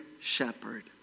shepherd